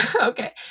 Okay